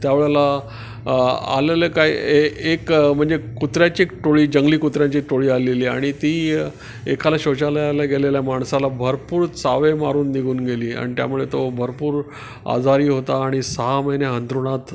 त्या वेळेला आलेले काय ए एक म्हणजे कुत्र्यांची टोळी जंगली कुत्र्यांची टोळी आलेली आणि ती एखाला शौचालयाला गेलेल्या माणसाला भरपूर चावे मारून निघून गेली आणि त्यामुळे तो भरपूर आजारी होता आणि सहा महिने अंथरुणात